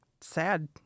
sad